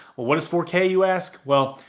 well, what is four k, you ask? well,